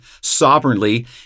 sovereignly